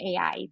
AI